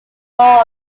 more